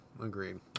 Agreed